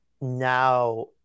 now